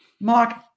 Mark